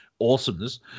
awesomeness